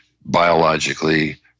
biologically